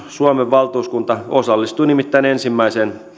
suomen valtuuskunta osallistui nimittäin ensimmäiseen